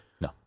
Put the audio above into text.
No